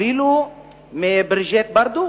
אפילו מבריז'יט ברדו